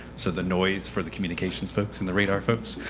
so the noise for the communications folks and the radar folks.